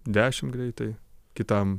dešim greitai kitam